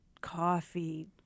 coffee